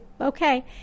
okay